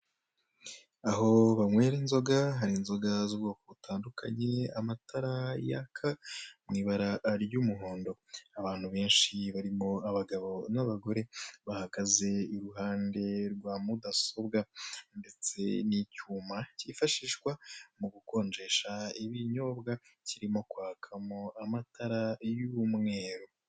Aho banywera inzoga hari inzoga z'ubwoko butandukanye, amatara yaka mu ibara ry'umuhondo. Abantu benshi barimo abagabo n'abagore bahagaze iruhande rwamudasobwa ndetse n'icyuma kifashishwa mu gukonjesha ibinyobwa kirimo kwakamo amatara y'umweru.